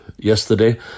yesterday